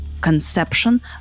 conception